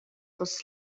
was